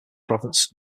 province